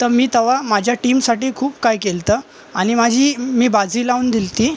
तर मी तवा माझ्या टीमसाठी खूप काय केलं होतं आणि माझी मी बाझी लावून दिलती